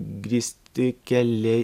grįsti keliai